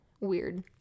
weird